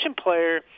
player